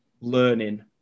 learning